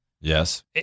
yes